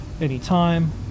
anytime